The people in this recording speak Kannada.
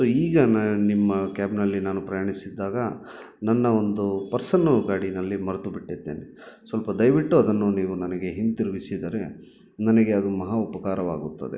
ಸೊ ಈಗ ನಾ ನಿಮ್ಮ ಕ್ಯಾಬ್ನಲ್ಲಿ ನಾನು ಪ್ರಯಾಣಿಸಿದ್ದಾಗ ನನ್ನ ಒಂದು ಪರ್ಸನ್ನು ಗಾಡಿನಲ್ಲಿ ಮರೆತು ಬಿಟ್ಟಿದ್ದೇನೆ ಸ್ವಲ್ಪ ದಯವಿಟ್ಟು ಅದನ್ನು ನೀವು ನನಗೆ ಹಿಂತುರುಗಿಸಿದರೆ ನನಗೆ ಅದು ಮಹಾ ಉಪಕಾರವಾಗುತ್ತದೆ